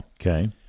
Okay